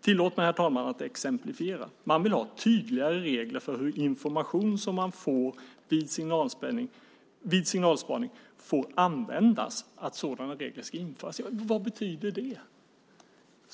Tillåt mig, herr talman, att exemplifiera. Man vill att tydligare regler ska införas för hur information som man får vid signalspaning får användas. Vad betyder det?